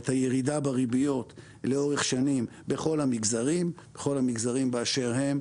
לראות את הירידה בריביות לאורך שנים בכל המגזרים באשר הם.